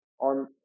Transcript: on